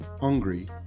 hungry